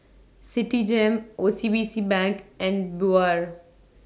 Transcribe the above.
Citigem O C B C Bank and Biore